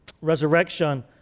resurrection